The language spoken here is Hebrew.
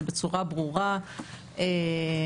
זה בצורה ברורה וגורפת.